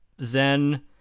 zen